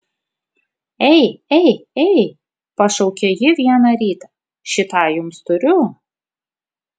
ei ei ei pašaukė ji vieną rytą šį tą jums turiu